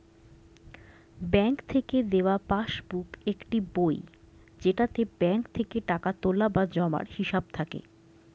bank থেকে দেওয়া passbook একটি বই যেটাতে ব্যাঙ্ক থেকে টাকা তোলা বা জমার হিসাব থাকে